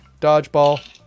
Dodgeball